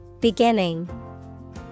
Beginning